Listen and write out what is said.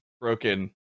broken